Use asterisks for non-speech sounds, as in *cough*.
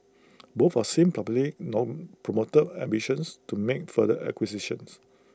both have since *unintelligible* known promoted ambitions to make further acquisitions